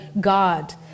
God